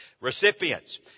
Recipients